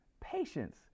patience